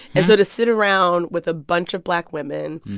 and so to sit around with a bunch of black women,